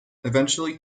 eventually